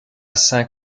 saint